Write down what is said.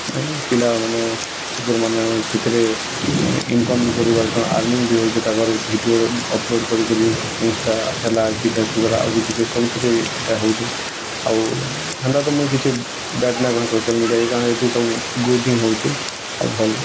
ମାନେ ପିଲାମାନେ ଟୁକେଲ୍ମାନେ ସେଥିରେ ଇନକମ୍ ବି କରିପାରୁଛନ୍ ଆର୍ଣ୍ଣିଂ ବି ହେଉଛି ତାଙ୍କର୍ ଭିଡ଼ିଓ ଅପ୍ଲୋଡ଼୍ କରି କରି ଇନ୍ସଷ୍ଟା ହେଲାକି ଫେସ୍ବୁକ୍ ହେଲା ଆଉ କିଛି ସବୁଥିରେ ଏଇଟା ହେଉଛି ଆଉ ହେନ୍ତା ତ ମୁଁ କିଛି ସୋସିଆଲ୍ ମିଡ଼ିଆରେ କାରଣ୍ ଏଠି ସବୁ ହେଉଛି ଆଉ ଭଲ୍